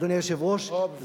אדוני היושב-ראש,